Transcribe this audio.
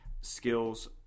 skills